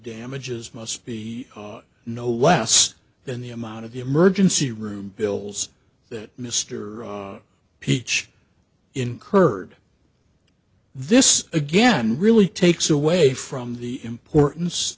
damages must be no less than the amount of the emergency room bills that mr peach incurred this again really takes away from the importance